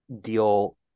deal